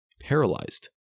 paralyzed